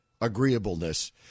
agreeableness